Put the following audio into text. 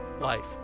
life